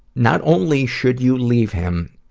not only should you leave him.